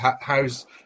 How's